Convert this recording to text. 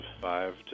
five